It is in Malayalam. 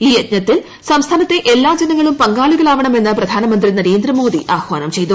ഈ യജ്ഞത്തിൽ സംസ്ഥാനത്തെ എല്ലാ ജനങ്ങളും പങ്കാളികളാവണമെന്ന് പ്രധാനമന്ത്രി നരേന്ദ്രമോദി ആഹ്വാനം ചെയ്തു